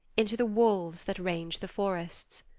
into the wolves that range the forests.